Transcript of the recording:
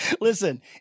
Listen